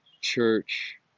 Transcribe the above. church